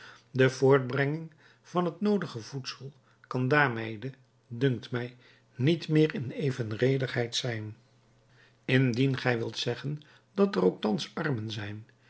de voortbrenging van het noodige voedsel kan daarmede dunkt mij niet meer in evenredigheid zijn indien gij wilt zeggen dat er ook thans armen zijn